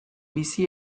bizi